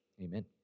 Amen